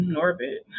Norbit